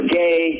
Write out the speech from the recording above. gay